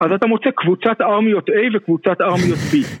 אז אתה מוצא קבוצת ארמיות A וקבוצת ארמיות B